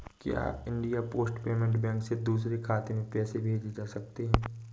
क्या India post payment bank से दूसरे खाते में पैसे भेजे जा सकते हैं?